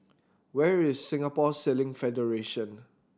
where is Singapore Sailing Federation